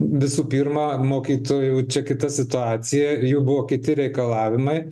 visų pirma mokytojų čia kita situacija jų buvo kiti reikalavimai